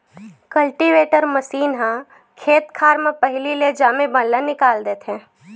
cultivator machine ह खेत खार म पहिली ले जामे बन ल निकाल देथे